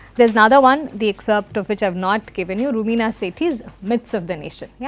there is another one, the excerpt of which i have not given you, rumina sethi's myths of the nation. yeah